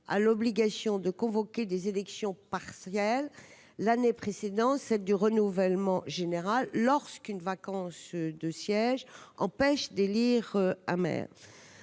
à l'obligation de convoquer des élections partielles l'année précédente, celle du renouvellement général lorsqu'une vacance de sièges empêche d'élire un